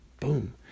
Boom